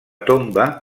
tomba